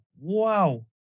wow